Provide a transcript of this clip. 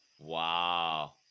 Wow